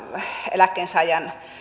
eläkkeensaajan